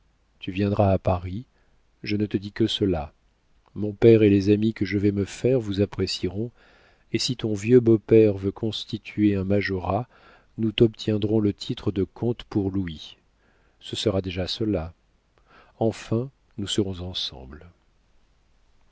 tu viendras à paris je ne te dis que cela mon père et les amis que je vais me faire vous apprécieront et si ton vieux beau-père veut constituer un majorat nous t'obtiendrons le titre de comte pour louis ce sera déjà cela enfin nous serons ensemble